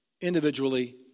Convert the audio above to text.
individually